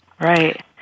Right